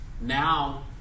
Now